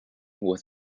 with